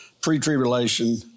pre-tribulation